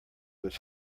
was